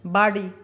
বাড়ি